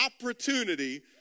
opportunity